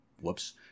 Whoops